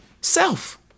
self